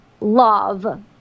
love